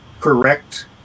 correct